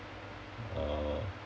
uh